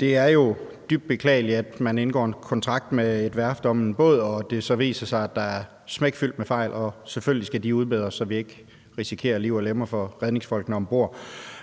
Det er jo dybt beklageligt, at man indgår en kontrakt med et værft om en båd og det så viser sig, at den er smækfyldt med fejl, og selvfølgelig skal de udbedres, så redningsfolkene om bord ikke risikerer liv og lemmer.